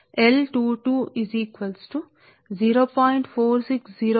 4605 log 1r kilometre కు r మిల్లీ హెన్రీపై 0